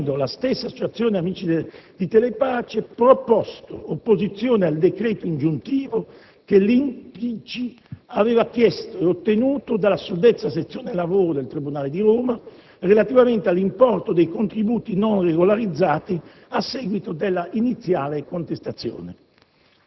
avendo la stessa Associazione Amici di Telepace proposto opposizione al decreto ingiuntivo che l'INPGI aveva chiesto e ottenuto dalla suddetta sezione lavoro del tribunale di Roma, relativamente all'importo dei contributi non regolarizzati a seguito dell'iniziale contestazione.